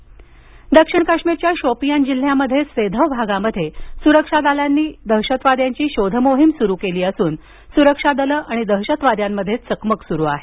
काश्मीर दक्षिण काश्मीरच्या शोपियान जिल्ह्यातील सेधव भागात सुरक्षा दलांनी दहशतवाद्यांची शोधमोहिम सुरू केली असून सुरक्षा दलं आणि दहशतवाद्यांमध्ये चकमक सुरू आहे